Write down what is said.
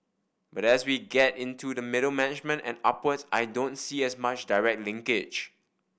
but as we get into the middle management and upwards I don't see as much direct linkage